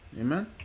Amen